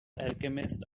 alchemist